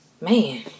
man